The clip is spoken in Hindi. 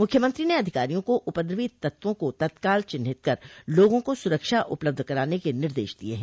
मुख्यमंत्री ने अधिकारियों को उपद्रवी तत्वों को तत्काल चिन्हित कर लोगों को सुरक्षा उपलब्ध कराने के निर्देश दिये हैं